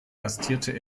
gastierte